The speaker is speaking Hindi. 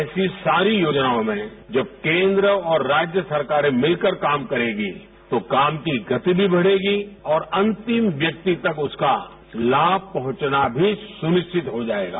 ऐसी सारी योजनाओं में जब केंद्र और राज्य सरकारे मिलकर काम करेंगी तो काम की गति भी बढेगी और अंतिम व्यक्ति तक उसका लाभ पहंचना भी सुनिश्चित हो जाएगा